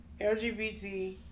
LGBT